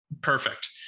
Perfect